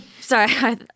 Sorry